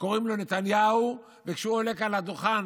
שקוראים לו נתניהו, וכשהוא עולה כאן לדוכן